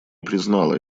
признала